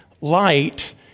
Light